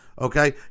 Okay